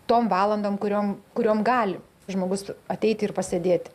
tom valandom kuriom kuriom gali žmogus ateit ir pasėdėt